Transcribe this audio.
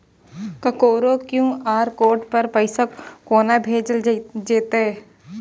ककरो QR code पर पैसा कोना भेजल जेतै?